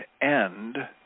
end